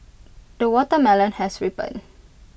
the watermelon has ripened